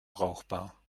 brauchbar